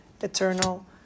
eternal